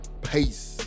Peace